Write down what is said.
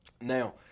Now